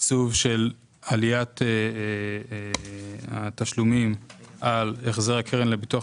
תקצוב של עליית התשלומים על החזר הקרן לביטוח